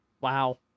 Wow